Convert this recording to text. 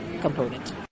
component